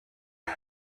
pas